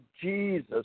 Jesus